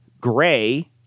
Gray